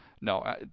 no